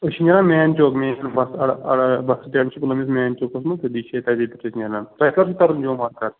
أسۍ چھِ نیران مین چوک مین بَس اَڑٕ بَس سِٹینٛڈ چھِ پُلوٲمِس مین چوکَس منٛز تٔتی چھِ تَتی پٮ۪ٹھ چھِ أسۍ نیران تۄہہِ کر چھُ تَرُن جوٚم وارٕکار